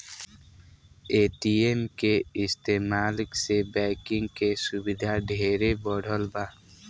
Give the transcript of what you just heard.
ATM के इस्तमाल से बैंकिंग के सुविधा ढेरे बढ़ल बा